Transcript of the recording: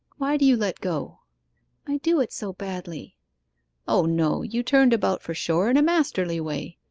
why do you let go i do it so badly o no you turned about for shore in a masterly way.